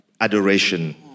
adoration